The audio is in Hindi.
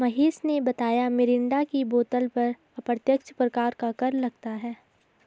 महेश ने बताया मिरिंडा की बोतल पर अप्रत्यक्ष प्रकार का कर लगता है